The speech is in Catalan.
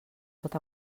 pot